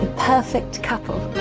perfect couple.